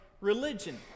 religion